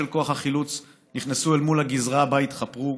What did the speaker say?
כוח החילוץ נכנסו אל מול הגזרה שבה התחפרו,